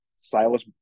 Silas